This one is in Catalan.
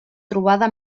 trobada